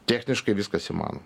techniškai viskas įmanoma